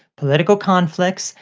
political conflicts,